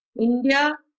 India